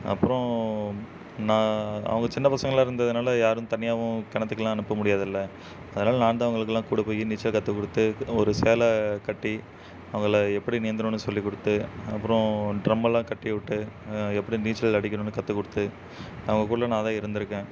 அப்புறம் நான் அவங்க சின்ன பசங்களாக இருந்ததுனால் யாரும் தனியாகவும் கிணத்துக்குல்லாம் அனுப்ப முடியாதில்ல அதனால் நான் தான் அவங்களுக்குல்லாம் கூட போய் நீச்சல் கற்றுக் கொடுத்துக் ஒரு சேலை கட்டி அவங்கள எப்படி நீந்தணும்னு சொல்லிக் கொடுத்து அப்புறம் ட்ரம்மெல்லாம் கட்டிவிட்டு எப்படி நீச்சல் அடிக்கணும்னு கற்றுக் கொடுத்து அவங்கக் கூடெல்லாம் நான் தான் இருந்திருக்கேன்